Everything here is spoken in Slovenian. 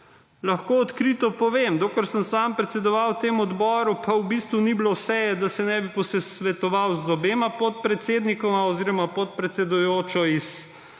Lahko odkrito povem, dokler sem sam predsedoval temu odboru, pa v bistvu ni bilo seje, da se ne bi posvetoval z obema podpredsednikoma oziroma podpredsedujočo,